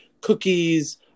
cookies